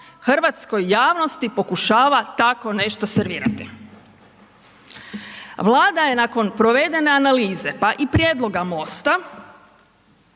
hrvatskoj javnosti pokušava tako nešto servirati. Vlada je nakon provedene analize, pa i prijedloga